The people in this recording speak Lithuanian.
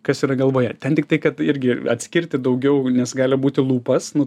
kas yra galvoje ten tiktai kad irgi atskirti daugiau nes gali būti lūpas nu